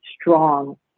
strong